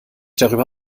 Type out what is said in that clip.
darüber